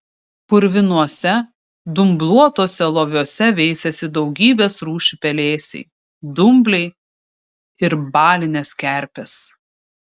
purvinuose dumbluotuose loviuose veisėsi daugybės rūšių pelėsiai dumbliai ir balinės kerpės